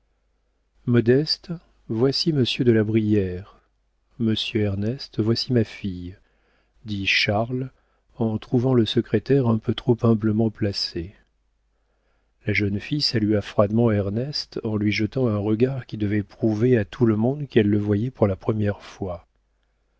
modeste voici monsieur de la brière monsieur ernest voici ma fille dit charles en trouvant le secrétaire un peu trop humblement placé la jeune fille salua froidement ernest en lui jetant un regard qui devait prouver à tout le monde qu'elle le voyait pour la première fois